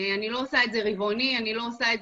אני לא עושה את זה רבעוני או חציוני,